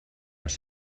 les